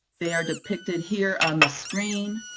they are depicted here on the screen,